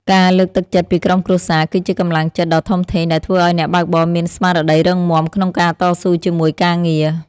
ការលើកទឹកចិត្តពីក្រុមគ្រួសារ គឺជាកម្លាំងចិត្តដ៏ធំធេងដែលធ្វើឱ្យអ្នកបើកបរមានស្មារតីរឹងមាំក្នុងការតស៊ូជាមួយការងារ។